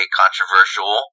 controversial